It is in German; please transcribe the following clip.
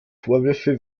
vorwürfe